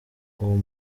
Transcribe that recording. uwo